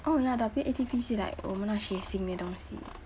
oh ya W_A_D_P 是 like 我们要学新的东西